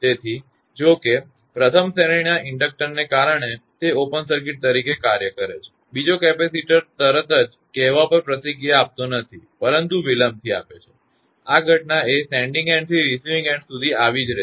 તેથી જો કે પ્રથમ શ્રેણીના ઇન્ડકટરને કારણે તે ઓપન સર્કિટ તરીકે કાર્ય કરે છે બીજો કેપેસિટર તરત જ કહેવા પર પ્રતિક્રિયા આપતો નથી પરંતુ વિલંબથી આપે છે આ ઘટના એ સેન્ડીંગ એન્ડ થી રિસીવીંગ એન્ડ સુધી આવી જ થશે